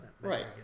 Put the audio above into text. Right